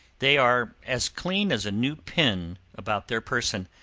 they are as clean as a new pin about their person,